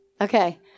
Okay